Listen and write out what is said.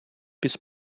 bis